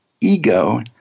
ego